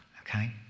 okay